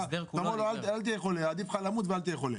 אתה אומר לו שעדיף לו למות ולא להיות חולה.